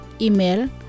Email